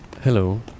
Hello